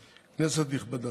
יוצאים להפסקה בכל מקרה.